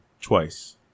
twice